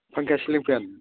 फांखाया सिलिं फेन